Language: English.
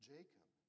Jacob